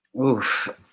Oof